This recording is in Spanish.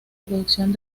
producción